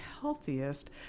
healthiest